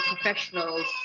professionals